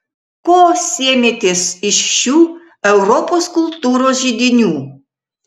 ko sėmėtės iš šių europos kultūros židinių